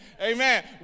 Amen